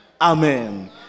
Amen